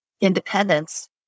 independence